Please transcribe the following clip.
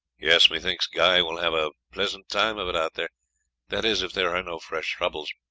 yes methinks guy will have a pleasant time of it out there that is, if there are no fresh troubles.